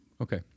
Okay